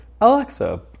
Alexa